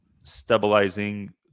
stabilizing